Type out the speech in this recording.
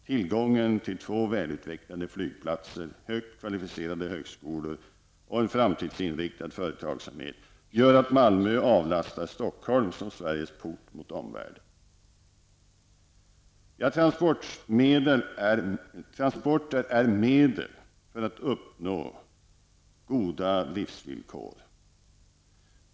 Tillgången till två välutvecklade flygplatser, högt kvalificerade högskolor och en framtidsinriktad företagsamhet gör att Malmö avlastar Stockholm som Sveriges port mot omvärlden. Transporter är medel för att uppnå goda livsvillkor.